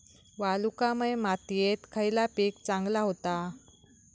वालुकामय मातयेत खयला पीक चांगला होता?